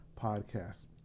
podcast